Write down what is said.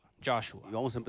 Joshua